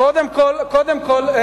קודם כול,